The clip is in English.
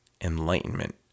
enlightenment